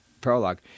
prologue